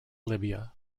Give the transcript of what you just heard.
libya